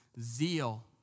zeal